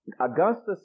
Augustus